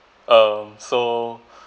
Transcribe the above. um so